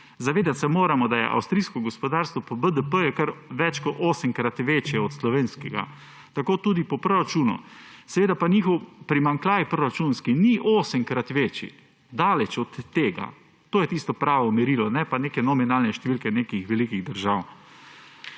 Zavedati se moramo, da je avstrijsko gospodarstvo po BDP kar več kot 8-krat večje od slovenskega. Tako tudi po proračunu. Seveda pa njihov primanjkljaj proračunski ni 8-krat večji, daleč od tega, to je tisto pravo merilo, ne pa neke nominalne številke nekih velikih držav.